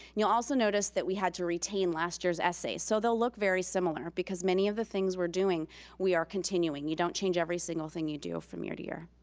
you'll also notice that we had to retain last year's essay. so they'll look very similar because many of the things we're doing we are continuing. you don't change every single thing you do from year to year.